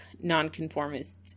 nonconformists